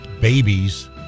babies